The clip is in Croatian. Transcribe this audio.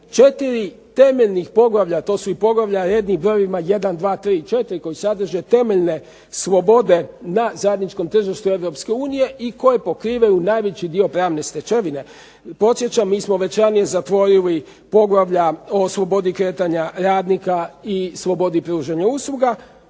četiri temeljnih poglavlja, to su i poglavlja rednim brojevima 1., 2., 3., 4. koji sadrže temeljne slobode na zajedničkom tržištu Europske unije i koje pokrivaju najveći dio pravne stečevine. Podsjećam mi smo već ranije zatvorili poglavlja o slobodi kretanja radnika i slobodi pružanja usluga,